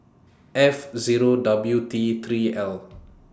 F Zero W T three L